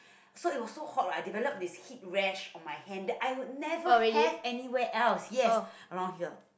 so it was so hot right I develop this heat rash on my hand that I would never have anywhere else yes around here